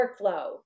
workflow